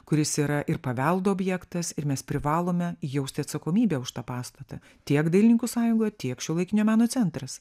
kuris yra ir paveldo objektas ir mes privalome jausti atsakomybę už tą pastatą tiek dailininkų sąjungoje tiek šiuolaikinio meno centras